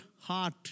heart